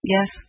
Yes